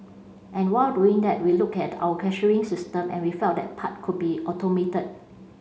and while doing that we looked at our cashiering system and we felt that part could be automated